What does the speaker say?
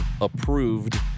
approved